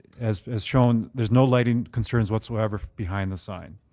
as as shown, there's no lighting concerns whatsoever behind the sign.